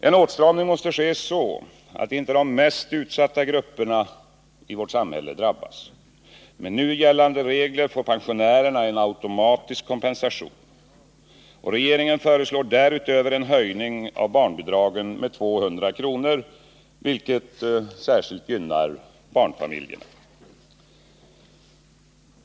En åtstramning måste ske så att inte de mest utsatta grupperna i vårt samhälle drabbas. Med nu gällande regler får pensionärerna en automatisk kompensation. Regeringen föreslår därutöver en höjning av barnbidragen med 200 kr., vilket särskilt gynnar barnfamiljerna.